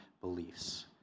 beliefs